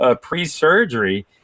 pre-surgery